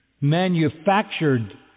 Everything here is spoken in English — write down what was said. manufactured